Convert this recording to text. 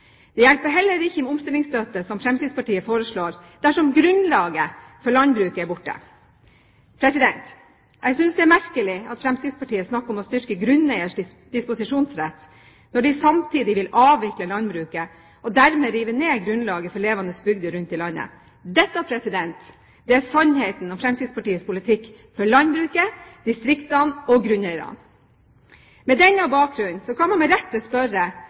Det hjelper heller ikke med omstillingsstøtte, som Fremskrittspartiet foreslår, dersom grunnlaget for landbruket er borte. Jeg synes det er merkelig at Fremskrittspartiet snakker om å styrke grunneiers disposisjonsrett, når de samtidig vil avvikle landbruket og dermed rive ned grunnlaget for levende bygder rundt om i landet. Dette er sannheten om Fremskrittspartiets politikk for landbruket, distriktene og grunneierne. Med denne bakgrunnen kan man med rette spørre